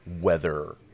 weather